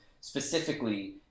specifically